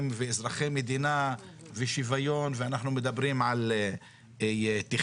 ואזרחי מדינה ושוויון ואנחנו מדברים על תכנון.